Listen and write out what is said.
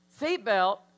Seatbelt